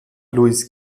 luis